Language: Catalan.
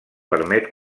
permet